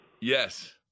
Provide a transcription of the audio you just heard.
yes